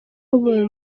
kubumba